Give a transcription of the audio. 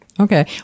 Okay